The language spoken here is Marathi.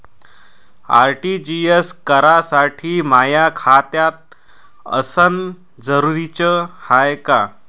आर.टी.जी.एस करासाठी माय खात असनं जरुरीच हाय का?